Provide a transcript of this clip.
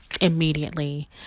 Immediately